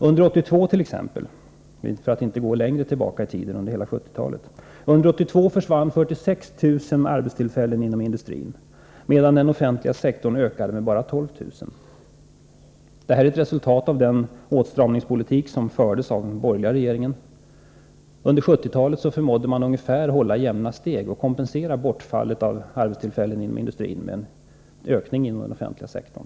Under exempelvis 1982 försvann 46 000 arbetstillfällen inom industrin, medan den offentliga sektorn ökade med bara 12 000. Detta är ett resultat av den åtstramningspolitik som fördes av den borgerliga regeringen. Under 1970-talet förmådde man ungefär hålla jämna steg och kompensera bortfallet av arbetstillfällen inom industrin med en ökning av den offentliga sektorn.